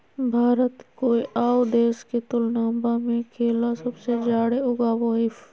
भारत कोय आउ देश के तुलनबा में केला सबसे जाड़े उगाबो हइ